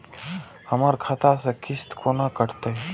हमर खाता से किस्त कोना कटतै?